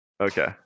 Okay